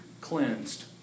cleansed